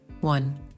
One